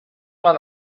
man